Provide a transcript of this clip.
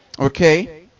Okay